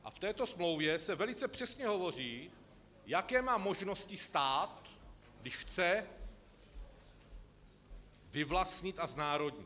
A v této smlouvě se velice přesně hovoří, jaké má možnosti stát, když chce vyvlastnit a znárodnit.